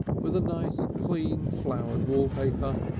with a nice clean flowered wallpaper,